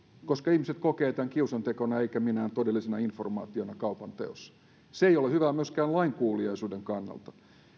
koska ihmiset kokevat tämän kiusantekona eivätkä minään todellisena informaationa kaupanteossa se ei ole hyvä myöskään lainkuuliaisuuden kannalta